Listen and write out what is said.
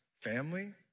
family